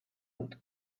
dut